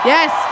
Yes